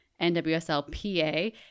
NWSLPA